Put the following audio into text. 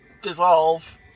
dissolve